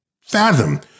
fathom